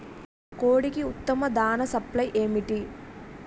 కోడికి ఉత్తమ దాణ సప్లై ఏమిటి?